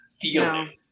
feeling